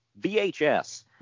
VHS